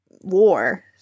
war